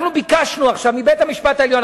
אנחנו ביקשנו עכשיו מבית-המשפט העליון,